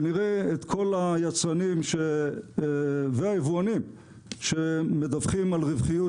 ונראה את כל היצרנים והיבואנים שמדווחים על רווחיות